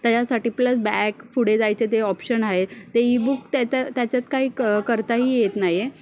तर यासाठी plus back पुढे जायचे ते ऑप्शन आहे ते ईबुक त्या त्या त्याच्यात काही क करताही येत नाही आहे